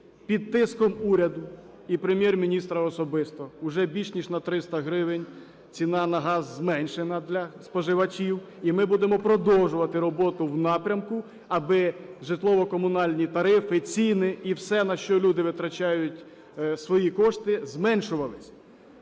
Під тиском уряду і Прем'єр-міністра особисто вже більше ніж на 300 гривень ціна на газ зменшена для споживачів, і ми будемо продовжувати роботу в напрямку, аби житлово-комунальні тарифи і ціни, і все, на що люди витрачають свої кошти, зменшувалися.